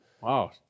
Wow